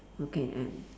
okay and